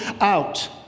out